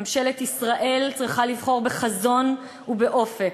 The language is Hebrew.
ממשלת ישראל צריכה לבחור בחזון ובאופק,